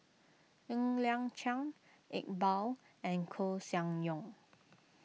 Ng Liang Chiang Iqbal and Koeh Sia Yong